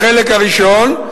החלק הראשון: